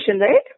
right